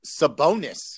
Sabonis